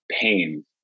pain